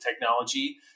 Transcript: technology